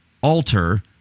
alter